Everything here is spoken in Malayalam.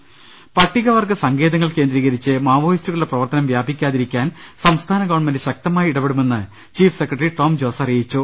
രദ്ദേഷ്ടങ പട്ടികവർഗ സങ്കേതങ്ങൾ കേന്ദ്രീകരിച്ച് മാവോയിസ്റ്റുകളുടെ പ്രവർത്ത നം വ്യാപിക്കാതിരിക്കാൻ സംസ്ഥാന ഗവൺമെന്റ് ശക്തമായി ഇടപെടുമെ ന്ന് ചീഫ് സെക്രട്ടറി ടോം ജോസ് അറിയിച്ചു